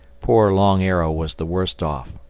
poor long arrow was the worst off.